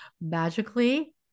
magically